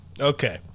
Okay